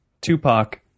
Tupac